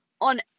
on